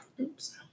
oops